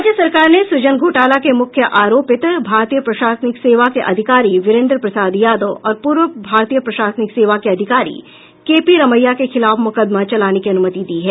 राज्य सरकार ने सुजन घोटाला के मुख्य आरोपित भारतीय प्रशासनिक सेवा के अधिकारी वीरेंद्र प्रसाद यादव और पूर्व भारतीय प्रशासनिक सेवा के अधिकारी केपी रमैया के खिलाफ मुकदमा चलाने की अनुमति दी है